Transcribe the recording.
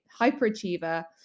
hyperachiever